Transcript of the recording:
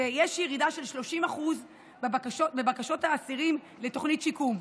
שיש ירידה של 30% בבקשות האסירים לתוכנית שיקום.